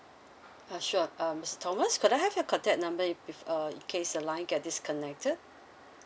uh sure um mister thomas could I have your contact number if if uh in case the line get disconnected